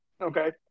Okay